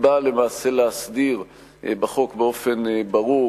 היא באה למעשה להסדיר בחוק באופן ברור